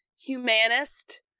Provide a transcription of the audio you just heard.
humanist